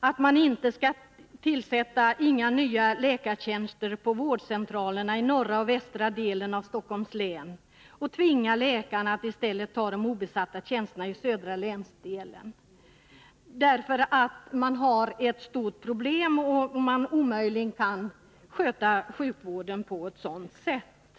Man ämnar inte tillsätta några nya läkartjänster på vårdcentraler i den norra och västra delen av Stockholms län. I stället tvingar man läkarna att ta obesatta tjänster i den södra länsdelen. Man har ett stort problem och kan omöjligen sköta sjukvården på ett riktigt sätt.